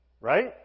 Right